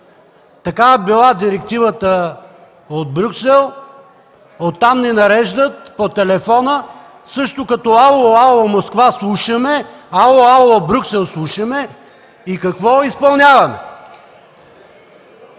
такава била директивата от Брюксел, оттам ни нареждат по телефона, също като: „Ало, ало, Москва – слушаме!”, „Ало, ало, Брюксел – слушаме!” И какво? Изпълняваме!